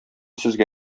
сезгә